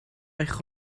eich